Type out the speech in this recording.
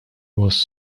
was